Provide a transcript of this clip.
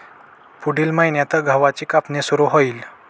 पुढील महिन्यात गव्हाची कापणी सुरू होईल